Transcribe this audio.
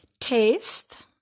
taste